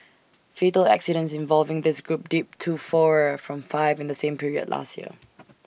fatal accidents involving this group dipped to four from five in the same period last year